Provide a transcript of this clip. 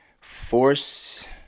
force